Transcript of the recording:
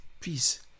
peace